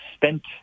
spent